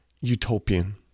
utopian